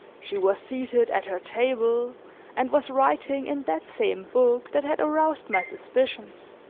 she was seated at her table and was writing in that same book that had aroused my suspicions.